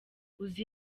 uzi